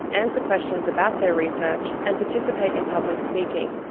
answer questions about their research and participate in public speaking.